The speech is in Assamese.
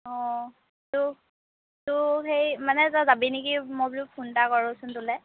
অঁ সেই মানে তই যাবি নেকি মই বোলো ফোন এটা কৰোঁচোন তোলৈ